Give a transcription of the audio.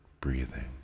breathing